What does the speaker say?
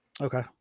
Okay